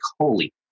Holy